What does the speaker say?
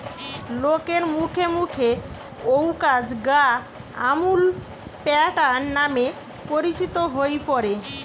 লোকের মুখে মুখে অউ কাজ গা আমূল প্যাটার্ন নামে পরিচিত হই পড়ে